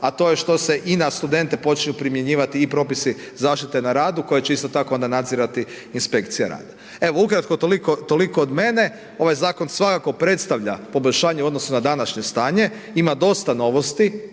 a to je što se i na studente počinju primjenjivati i propisi zaštite na radu koje će isto tako onda nadzirati inspekcija rada. Evo, ukratko toliko od mene, ovaj zakon svakako predstavlja poboljšanje u odnosu na današnje stanje. Ima dosta novosti